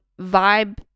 vibe